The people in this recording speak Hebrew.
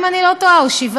תשעה, אם אני לא טועה, או שבעה.